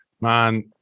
Man